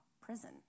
prison